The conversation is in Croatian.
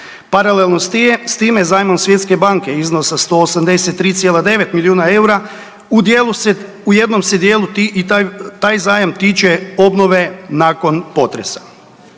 Paralelno s time, zajmom Svjetske banke iznosa 183,9 milijuna eura, u dijelu se, u jednom se dijelu ti i taj zajam tiče obnove nakon potresa.